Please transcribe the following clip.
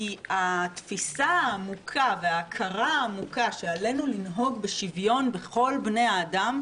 כי התפיסה העמוקה וההכרה העמוקה שעלינו לנהוג בשוויון בכל בני האדם,